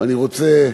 ואני רוצה,